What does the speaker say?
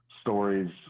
stories